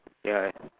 ya